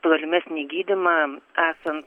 tolimesnį gydymą esan